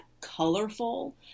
colorful